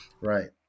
right